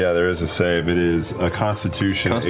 yeah there is a save. it is a constitution